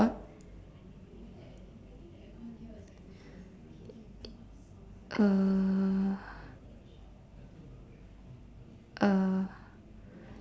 uh uh